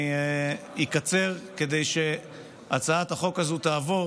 אני אקצר כדי שהצעת החוק הזאת תעבור